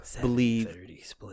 believe